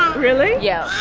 um really? yes.